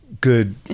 good